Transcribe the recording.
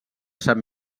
sant